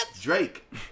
Drake